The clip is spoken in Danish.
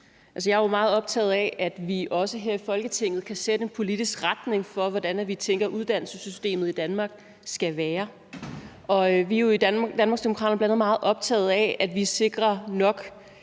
jeg er jo meget optaget af, at vi også her i Folketinget kan sætte en politisk retning for, hvordan vi tænker at uddannelsessystemet i Danmark skal være. Og vi er jo i Danmarksdemokraterne bl.a. meget optagede af, at vi sikrer nok